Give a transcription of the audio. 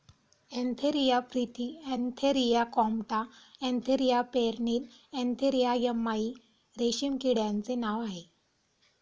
Antheraea frithi Antheraea compta Antheraea pernyi Antheraea yamamai रेशीम किड्याचे नाव आहे